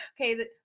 okay